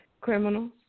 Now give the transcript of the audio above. criminals